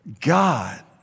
God